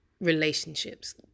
relationships